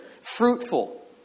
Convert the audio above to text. Fruitful